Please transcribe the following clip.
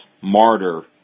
martyr